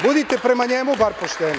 Budite prema njemu bar pošteni.